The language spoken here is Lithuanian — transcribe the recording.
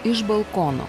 iš balkono